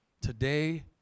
today